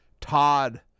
Todd